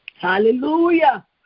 Hallelujah